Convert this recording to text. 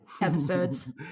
Episodes